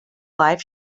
life